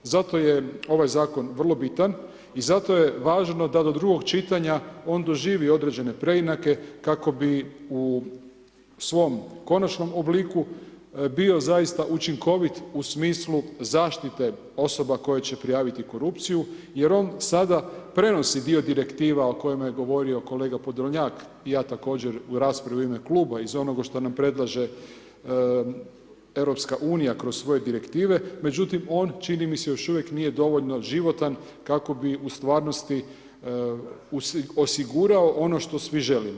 Zato je ovaj zakon vrlo bitan i zato je važno da do drugog čitanja on doživi određene preinake, kako bi u svom konačnom obliku bio zaista učinkovit u smislu zaštite osoba koje će prijaviti korupciju, jer on sada prenosi dio direktiva o kojima je govorio kolega Podolnjak i ja također u raspravi u ime Kluba, iz onoga što nam predlaže EU, kroz svoje direktive, međutim, on čini mi se još uvijek nije dovoljan životan, kako bi u stvarnosti, osigurao ono što svi želimo.